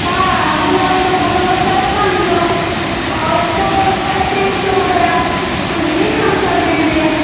हाँ गुड़हल का फूल होगा साढ़े पाँच सौ औ इसको साढ़े तीन सौ हो गया कुछ भी कम कर देंगे